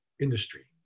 industry